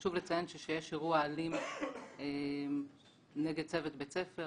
חשוב לציין שכשיש אירוע אלים נגד צוות בית ספר,